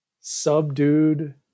subdued